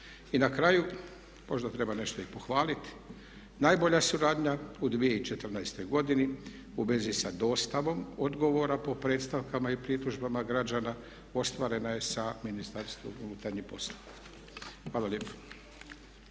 I na kraju, možda treba nešto i pohvaliti. Najbolja suradnja u 2014. godini u vezi sa dostavom odgovora po predstavkama i pritužbama građana ostvarena je sa Ministarstvom unutarnjih poslova. Hvala lijepo.